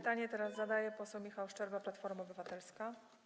Pytanie teraz zadaje poseł Michał Szczerba, Platforma Obywatelska.